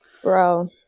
Bro